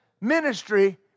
ministry